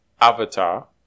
Avatar